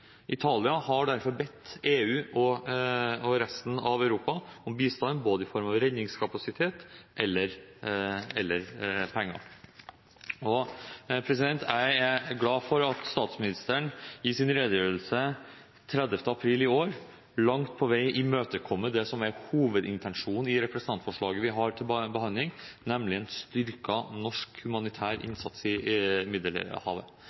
Italia har derfor bedt EU og resten av Europa om bistand i form av redningskapasitet eller penger. Jeg er glad for at statsministeren i sin redegjørelse 30. april i år langt på vei imøtekom det som er hovedintensjonen i representantforslaget vi har til behandling, nemlig en styrket norsk humanitær innsats i Middelhavet.